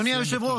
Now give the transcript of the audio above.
אדוני היושב-ראש,